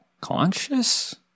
Conscious